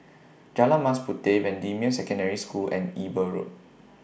Jalan Mas Puteh Bendemeer Secondary School and Eber Road